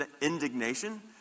indignation